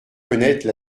connaître